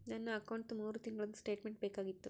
ನನ್ನ ಅಕೌಂಟ್ದು ಮೂರು ತಿಂಗಳದು ಸ್ಟೇಟ್ಮೆಂಟ್ ಬೇಕಾಗಿತ್ತು?